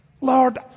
Lord